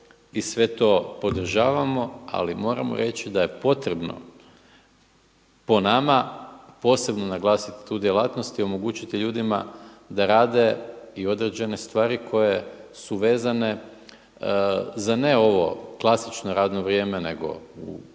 i sve to podržavamo. Ali moramo reći da je potrebno po nama posebno naglasiti tu djelatnost i omogućiti ljudima da rade i određene stvari koje su vezane za ne ovo klasično radno vrijeme, nego u